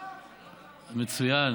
מצוין.